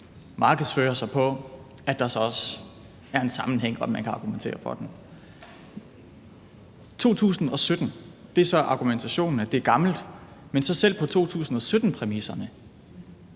markedsføre sig på, så der også er en sammenhæng og man kan argumentere for den. Man siger 2017, og det er så argumentationen, at det er gammelt. Men hvordan skulle man, selv på 2017-præmisserne,